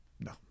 no